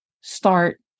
start